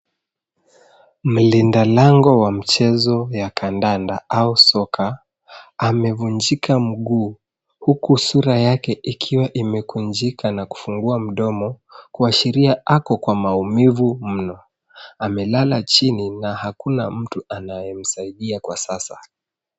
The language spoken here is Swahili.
Mlinda lango wa mchezo ya kandanda au soka amevunjika mguu huku sura yake ikiwa imekunjika na kufungua mdomo kuashiria ako kwa maumivu mno. Amelala chini na hakuna mtu anaye msaidia kwa sasa.